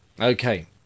okay